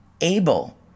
able